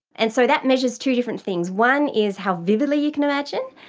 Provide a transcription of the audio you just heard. and so that measures two different things. one is how vividly you can imagine,